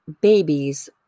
babies